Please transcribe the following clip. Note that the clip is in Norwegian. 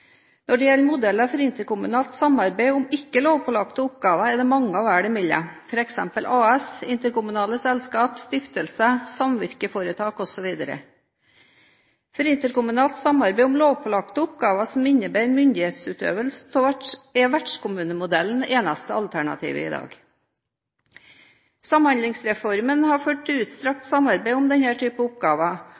Når det gjelder modeller for interkommunalt samarbeid om ikke-lovpålagte oppgaver, er det mange å velge mellom, f.eks. AS, interkommunale selskaper, stiftelser, samvirkeforetak osv. For interkommunalt samarbeid om lovpålagte oppgaver som innebærer myndighetsutøvelse, er vertskommunemodellen eneste alternativ i dag. Samhandlingsreformen har ført til utstrakt samarbeid om denne typen oppgaver,